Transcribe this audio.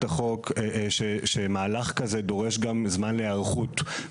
צריכה לקחת שנה קדימה כדי לתת לאותם